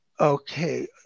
okay